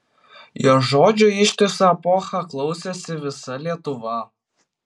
jo žodžio ištisą epochą klausėsi visa lietuva